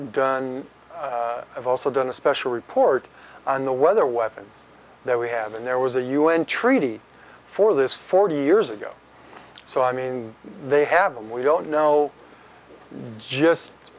done i've also done a special report on the weather weapons that we have and there was a u n treaty for this forty years ago so i mean they haven't we don't know just